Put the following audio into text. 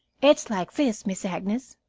it's like this, miss agnes,